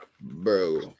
Bro